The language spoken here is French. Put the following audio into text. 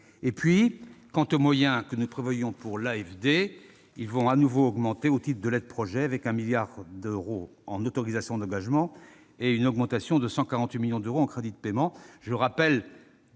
nécessite. Quant aux moyens de l'AFD, ils vont de nouveau augmenter au titre de l'aide-projet avec 1 milliard d'euros en autorisations d'engagement et une augmentation de 148 millions d'euros en crédits de paiement.